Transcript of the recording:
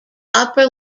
upper